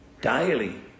daily